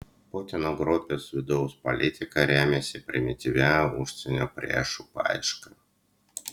putino grupės vidaus politika remiasi primityvia užsienio priešų paieška